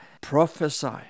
prophesy